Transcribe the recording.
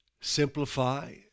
simplify